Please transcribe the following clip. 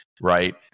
right